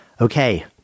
Okay